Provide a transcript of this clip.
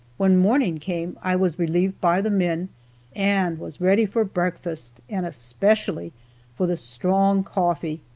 when morning came i was relieved by the men and was ready for breakfast, and especially for the strong coffee.